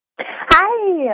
Hi